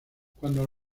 cuando